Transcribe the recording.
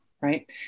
right